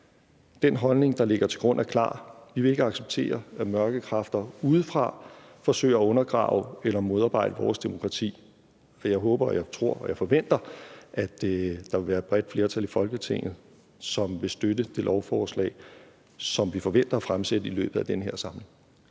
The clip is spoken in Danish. Den holdning, der ligger til grund, er klar: Vi vil ikke acceptere, at mørke kræfter udefra forsøger at undergrave eller modarbejde vores demokrati, og jeg håber, tror og forventer, at der vil være et bredt flertal i Folketinget, som vil støtte det lovforslag, som vi forventer at fremsætte i løbet af den her samling.